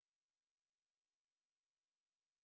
okay I rerecorded already